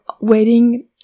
waiting